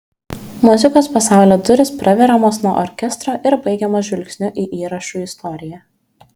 muzikos pasaulio durys praveriamos nuo orkestro ir baigiamos žvilgsniu į įrašų istoriją